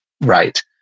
right